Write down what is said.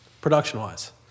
Production-wise